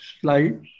slide